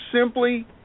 simply